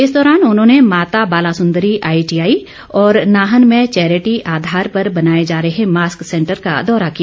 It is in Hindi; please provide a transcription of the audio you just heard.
इस दौरान उन्होंने माता बालासुंदरी आईटी आई और नाहन में चैरिटी आधार पर बनाए जा रहे मास्क सैंटर का दौरा किया